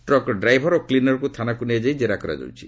ଟ୍ରକ୍ର driver ଓ କ୍ଲିନର୍ଙ୍କୁ ଥାନାକୁ ନିଆଯାଇ ଜେରା କରାଯାଉଛି